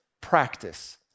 practice